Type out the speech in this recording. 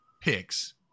picks